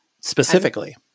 specifically